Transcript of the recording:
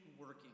working